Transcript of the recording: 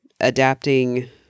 adapting